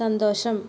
സന്തോഷം